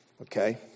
Okay